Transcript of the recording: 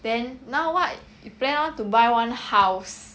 then now what plan want to buy one house